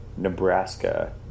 Nebraska